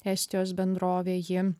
estijos bendrovė ji